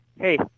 hey